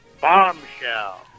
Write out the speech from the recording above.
Bombshell